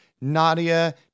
Nadia